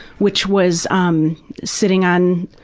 which was um sitting on